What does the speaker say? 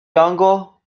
dongle